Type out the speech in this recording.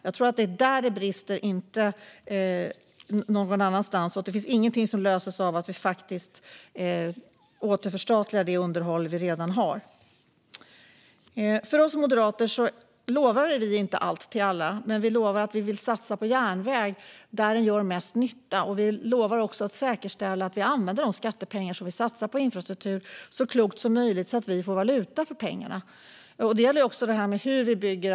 Jag tror att det är där det brister, inte någon annanstans. Det finns ingenting som löses av att vi återförstatligar det underhåll vi redan har. Vi moderater lovar inte allt till alla, men vi lovar att satsa på järnväg där den gör mest nytta. Vi lovar också att säkerställa att de skattepengar som satsas på infrastruktur används så klokt som möjligt så att vi får valuta för pengarna. Det gäller också hur vi bygger.